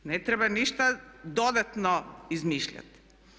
Ne treba ništa dodatno izmišljati.